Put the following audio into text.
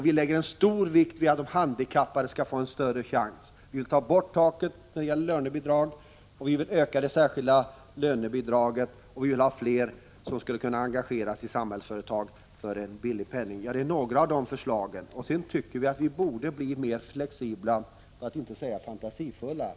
Vi lägger stor vikt vid att handikappade skall få större chanser: Vi vill ta bort ”taket” när det gäller lönebidrag, vi vill öka det särskilda lönebidraget och vi vill att fler skulle kunna engageras i Samhällsföretag — dessutom för en billig penning. Det är några av våra förslag. Vidare tycker vi att vi borde bli mer flexibla för att inte säga fantasifulla.